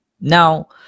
now